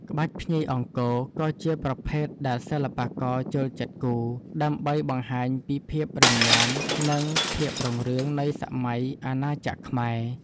ក្បាច់ភ្ញីអង្គរ ក៏ជាប្រភេទដែលសិល្បករចូលចិត្តគូរ ដើម្បីបង្ហាញពីភាពរឹងមាំ និងភាពរុងរឿងនៃសម័យអាណាចក្រខ្មែរ។